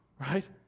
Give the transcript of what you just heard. right